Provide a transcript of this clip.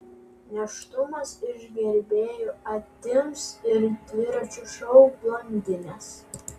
nėštumas iš gerbėjų atims ir dviračio šou blondines